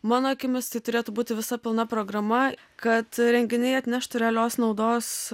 mano akimis tai turėtų būti visa pilna programa kad renginiai atneštų realios naudos